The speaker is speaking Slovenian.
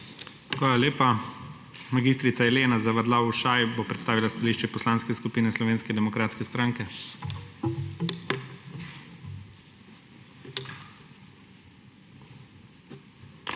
Hvala lepa. Mag. Elena Zavadlav Ušaj bo predstavila stališče Poslanske skupine Slovenske demokratska stranke. MAG.